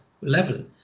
level